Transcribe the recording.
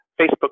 Facebook